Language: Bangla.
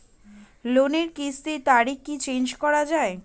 লোনের কিস্তির তারিখ কি চেঞ্জ করা যায়?